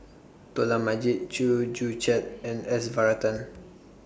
Dollah Majid Chew Joo Chiat and S Varathan